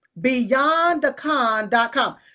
Beyondthecon.com